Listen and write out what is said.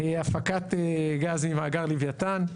גז ממאגר לווייתן,